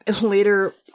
later